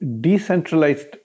decentralized